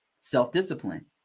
Self-discipline